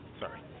sorry